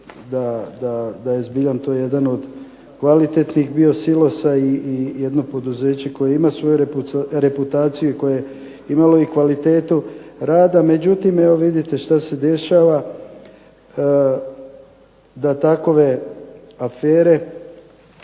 da je zbilja to jedan od kvalitetnih bio silosa i jedno poduzeće koje ima svoju reputaciju i koje je imalo i kvalitetu rada. Međutim, evo vidite šta se dešava da takove afere